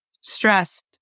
Stressed